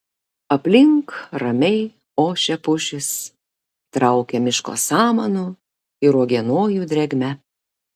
aplink ramiai ošia pušys traukia miško samanų ir uogienojų drėgme